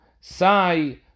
Sai